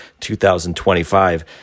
2025